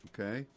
Okay